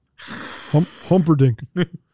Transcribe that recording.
humperdink